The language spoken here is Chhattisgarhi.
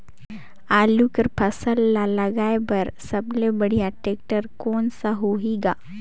आलू कर फसल ल लगाय बर सबले बढ़िया टेक्टर कोन सा होही ग?